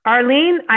Arlene